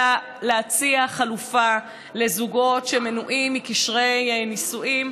אלא להציע חלופה לזוגות שמנועים מקשרי נישואים